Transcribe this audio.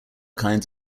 kinds